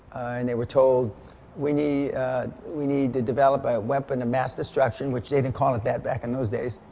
and they were told we need we need to develop a weapon of and mass destruction, which they didn't call it that back in those days,